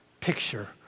picture